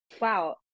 wow